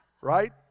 right